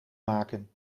maken